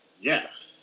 yes